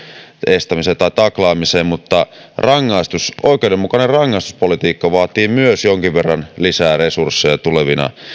estämiseen tai taklaamiseen mutta oikeudenmukainen rangaistuspolitiikka vaatii myös jonkin verran lisää resursseja tulevina